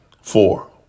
Four